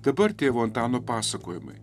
dabar tėvo antano pasakojimai